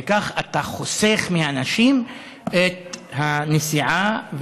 וכך אתה חוסך מאנשים את הנסיעה,